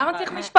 אז למה צריך משפט.